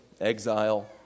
exile